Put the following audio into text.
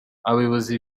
abayobozi